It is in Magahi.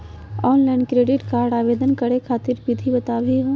ऑनलाइन क्रेडिट कार्ड आवेदन करे खातिर विधि बताही हो?